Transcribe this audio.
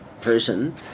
person